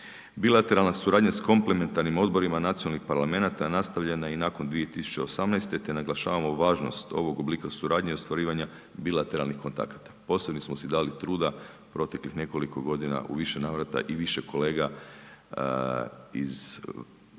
Bilateralna suradnja sa komplemenatarnim odborima nacionalnih parlamenata nastavljena je i nakon 2018. te naglašavamo važnost ovog oblika suradnje i ostvarivanja bilateralnih kontakata. Posebno smo si dali truda proteklih nekoliko godina u više navrata i više kolega iz većine